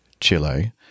chile